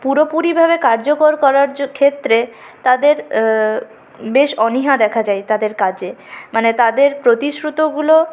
পুরোপুরিভাবে কার্যকর করার ক্ষেত্রে তাদের বেশ অনীহা দেখা যায় তাদের কাজে মানে তাদের প্রতিশ্রুতিগুলো